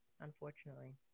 unfortunately